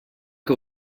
que